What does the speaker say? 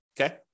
Okay